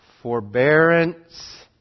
forbearance